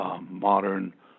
modern